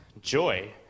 joy